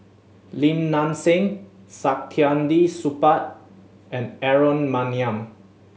Lim Nang Seng Saktiandi Supaat and Aaron Maniam